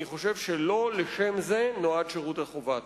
אני חושב שלא לזה נועד שירות החובה.